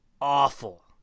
awful